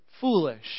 foolish